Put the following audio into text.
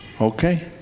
Okay